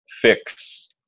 fix